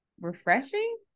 refreshing